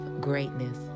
greatness